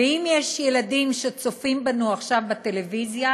ואם יש ילדים שצופים בנו עכשיו בטלוויזיה,